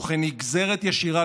וכנגזרת ישירה,